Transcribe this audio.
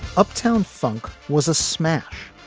uptown funk was a smash.